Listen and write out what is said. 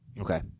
Okay